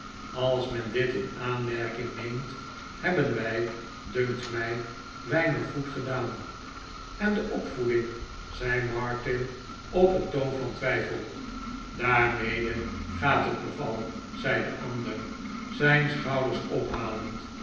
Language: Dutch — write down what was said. als men dit in aanmerking neemt hebben wij dunkt mij weinig goed gedaan en de opvoeding zei martin op een toon van twijfel daarmede gaat het nogal zei de ander zijn schouders ophalend